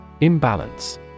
Imbalance